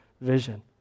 vision